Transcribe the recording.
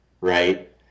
Right